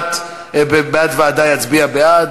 וחברי כנסת נכבדים,